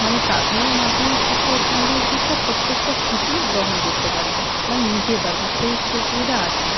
মানে প্রাথমিক মাধ্যমিক শিক্ষা উচ্চমাধ্যমিক শিক্ষা প্রত্যেকটা শিশুই গ্রহণ করতে পারবে বা নিতে পারবে সেই সুযোগ সুবিধা আছে